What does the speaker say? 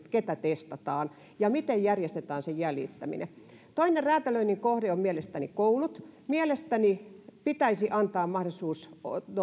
ketä testataan ja miten järjestetään se jäljittäminen toinen räätälöinnin kohde ovat mielestäni koulut mielestäni pitäisi antaa mahdollisuus